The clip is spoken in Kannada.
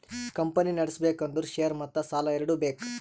ಕಂಪನಿ ನಡುಸ್ಬೆಕ್ ಅಂದುರ್ ಶೇರ್ ಮತ್ತ ಸಾಲಾ ಎರಡು ಬೇಕ್